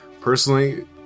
Personally